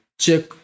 Check